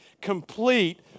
complete